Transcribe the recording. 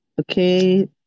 Okay